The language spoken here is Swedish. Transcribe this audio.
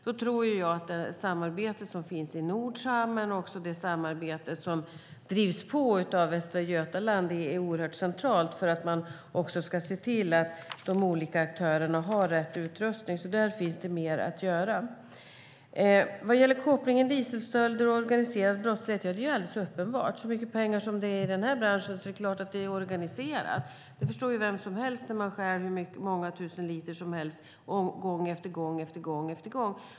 Då tror jag att det samarbete som finns i Nordsam men också det samarbete som drivs på av Västra Götaland är oerhört centralt för att se till att de olika aktörerna har rätt utrustning. Där finns det mer att göra. Att det finns en koppling mellan dieselstölder och organiserad brottslighet är alldeles uppenbart. Så mycket pengar som det är i den här branschen är det klart att det är organiserat. Det förstår ju vem som helst när det stjäls hur många tusen liter som helst gång efter gång.